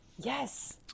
Yes